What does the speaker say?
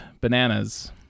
bananas